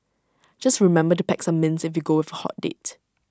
just remember to pack some mints if you go with A hot date